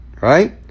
right